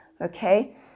Okay